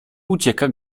ucieka